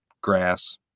grass